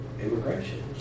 immigration